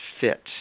fit